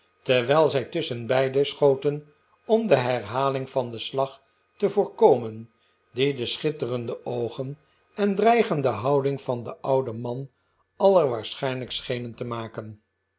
terwijl zij tusschenbeide schoten om de herhaling van den slag te voorkomen die de schitterende oogen en dreigende houding van den ouden man allerwaarschijnlijkst schenen te maken